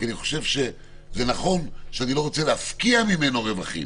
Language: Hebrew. כי אני חושב שזה נכון שאני לא רוצה להפקיע ממנו רווחים,